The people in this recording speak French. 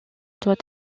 doit